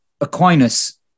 aquinas